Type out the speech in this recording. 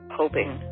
hoping